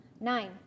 Nine